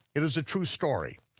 it is a true story,